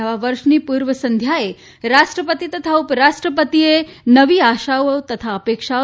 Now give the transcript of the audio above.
નવા વર્ષની પૂર્વસંધ્યાએ રાષ્ટ્રપતિ તથા ઉપરાષ્ટ્ર પતિએ નવી આશાઓ તથા અપેક્ષાઓ